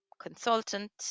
consultant